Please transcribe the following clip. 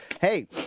Hey